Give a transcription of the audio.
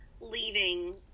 leaving